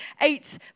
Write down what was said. eight